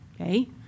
Okay